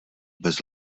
bez